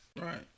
Right